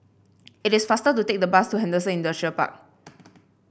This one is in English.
it is faster to take the bus to Henderson Industrial Park